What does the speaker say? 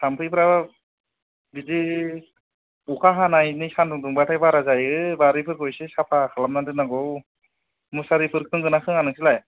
थाम्फैफोरा बिदि अखा हानायनै सान्दुं दुंबाथाय बारा जायो बारिफोरखौ एसे साफा खालामनानै दोननांगौ मुसारिफोर सोङो ना सोङा नोंसोरलाय